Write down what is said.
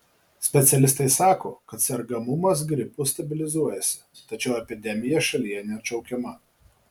specialistai sako kad sergamumas gripu stabilizuojasi tačiau epidemija šalyje neatšaukiama